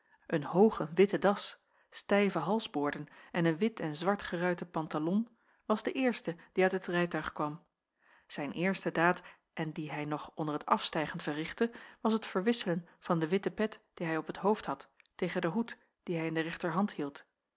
een hoogen witten das stijve halsboorden en een wit en zwart geruiten pantalon was de eerste die uit het rijtuig kwam zijn eerste daad en die hij nog onder het afstijgen verrichtte was het verwisselen van de witte pet die hij op t hoofd had tegen den hoed dien hij in de rechterhand hield